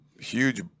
huge